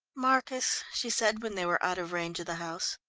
marcus, she said when they were out of range of the house,